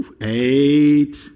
eight